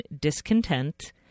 discontent